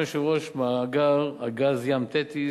מאגר הגז "ים תטיס",